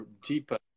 deeper